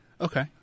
Okay